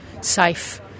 safe